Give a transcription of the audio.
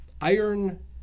Iron